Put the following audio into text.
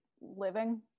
living